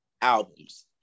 albums